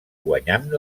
guanyant